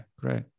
great